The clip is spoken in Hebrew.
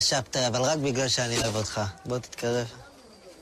חשבת, אבל רק בגלל שאני אוהב אותך. בוא, תתקרב.